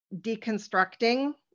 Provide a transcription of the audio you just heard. deconstructing